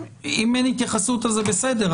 אם אין התייחסות זה בסדר,